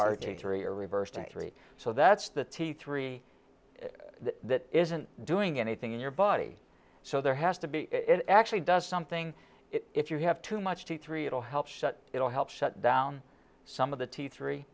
three so that's the t three that isn't doing anything in your body so there has to be it actually does something if you have too much too three it'll help shut it will help shut down some of the t three